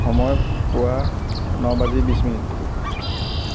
সময় পুৱা ন বাজি বিছ মিনিট